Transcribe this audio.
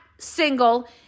single